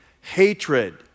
hatred